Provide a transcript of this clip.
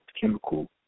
chemical